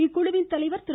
இக்குழுவின் தலைவர் திரு